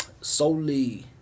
solely